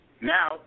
Now